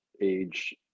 age